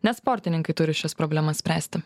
ne sportininkai turi šias problemas spręsti